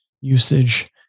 usage